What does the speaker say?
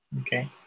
Okay